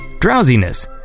drowsiness